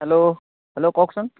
hello hello কওকচোন